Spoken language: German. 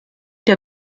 der